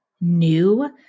new